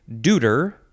deuter